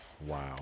Wow